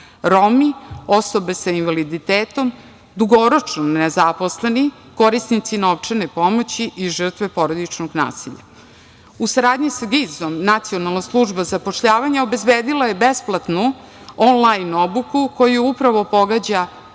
Romi, osobe sa invaliditetom, dugoročno nezaposleni, korisnici novčane pomoći i žrtve porodičnog nasilja.U saradnji sa GIZ-om Nacionalna služba za zapošljavanje obezbedila je besplatnu on lajn obuku koju upravo pogađa